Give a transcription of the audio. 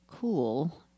cool